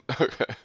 Okay